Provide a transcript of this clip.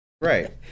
Right